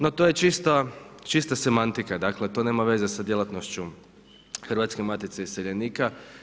No to je čista semantika, to nema veze sa djelatnošću Hrvatske matice iseljenika.